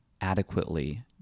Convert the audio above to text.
adequately